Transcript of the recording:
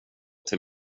till